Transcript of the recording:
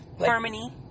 harmony